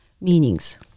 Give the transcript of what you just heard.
meanings